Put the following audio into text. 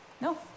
No